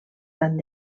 tant